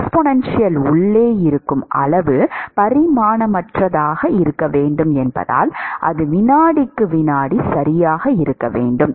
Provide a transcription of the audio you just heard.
exp உள்ளே இருக்கும் அளவு பரிமாணமற்றதாக இருக்க வேண்டும் என்பதால் அது வினாடிக்கு வினாடி சரியாக இருக்க வேண்டும்